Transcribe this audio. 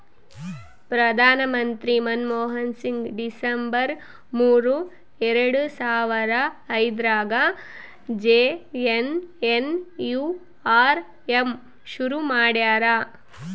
ಪ್ರಧಾನ ಮಂತ್ರಿ ಮನ್ಮೋಹನ್ ಸಿಂಗ್ ಡಿಸೆಂಬರ್ ಮೂರು ಎರಡು ಸಾವರ ಐದ್ರಗಾ ಜೆ.ಎನ್.ಎನ್.ಯು.ಆರ್.ಎಮ್ ಶುರು ಮಾಡ್ಯರ